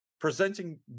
presenting